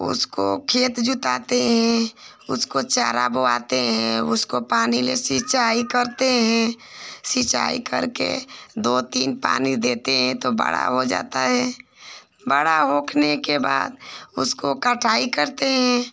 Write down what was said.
उसको खेत जोताते हैं उसको चारा बोआते हें उसको पानी ले सिंचाई करते हैं सिंचाई करके दो तीन पानी देते हैं तो बड़ा हो जाता है बड़ा होने के बाद उसकी कटाई करते हैं